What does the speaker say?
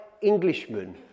Englishman